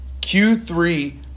Q3